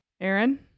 Aaron